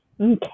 Okay